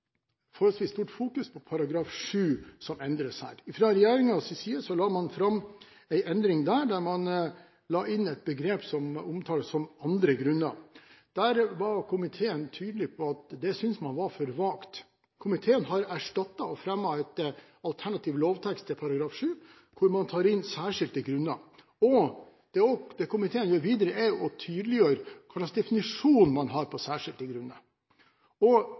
forholdsvis stort fokus på § 7, som endres her. Fra regjeringens side la man fram forslag til en endring der man la inn et begrep som omtales som «andre grunner». Det var komiteen tydelig på at man synes var for vagt. Komiteen har fremmet forslag til en alternativ lovtekst til § 7, hvor man tar inn formuleringen «særskilte grunner». Det komiteen gjør videre, er å tydeliggjøre hva slags definisjon man har av «særskilte grunner».